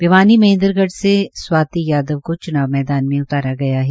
भिवानी महेन्दगढ़ से स्वाति यादव को च्नाव मैदान मे उतारा गया है